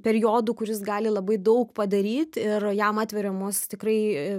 periodų kuris gali labai daug padaryt ir jam atveriamos tikrai